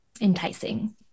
Enticing